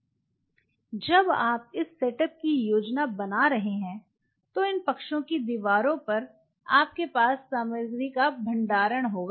जब आप इस सेटअप की योजना बना रहे हैं तो इन पक्षों की दीवारों पर आपके पास सामग्री का भंडारण होगा